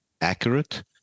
accurate